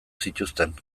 zituzten